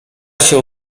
się